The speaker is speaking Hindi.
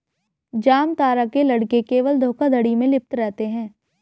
जामतारा के लड़के केवल धोखाधड़ी में लिप्त रहते हैं